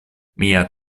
mia